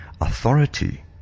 Authority